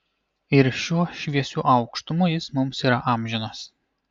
ir šiuo šviesiu aukštumu jis mums yra amžinas